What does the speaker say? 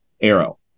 arrow